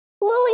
Lily